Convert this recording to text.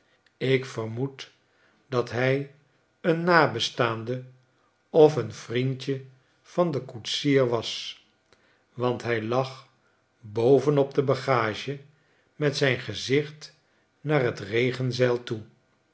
ik vermoed dat hij een nabestaande of vriendje van den koetsier was want hij lag boven op de bagage met zijn gezicht naar t regenzeil toe